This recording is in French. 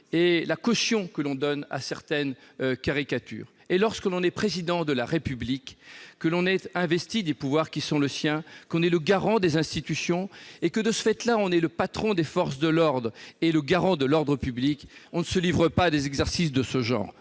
et la caution que l'on donne à certaines caricatures. Lorsque l'on est Président de la République, investi des pouvoirs qui sont les siens, lorsque l'on est le garant des institutions et que, de ce fait, on dirige les forces de l'ordre et garantit l'ordre public, on ne se livre pas à des exercices de ce genre,